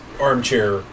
armchair